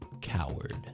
Coward